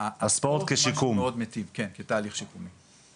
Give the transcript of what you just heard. שהספורט הוא משהו מאוד מיטיב בתהליך שיקומי.